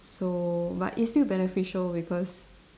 so but it's still beneficial because